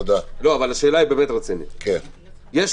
השאלה היא רצינית: יש